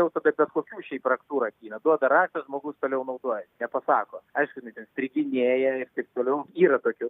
jau tada bet kokiu šiaip raktu rakina duoda raktą žmogus toliau naudoja nepasako aišku jinai ten striginėja ir taip toliau yra tokių